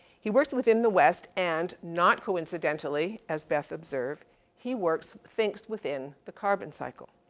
he works within the west and, not coincidentally, as beth observed he works, thinks within the carbon cycle.